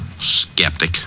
Skeptic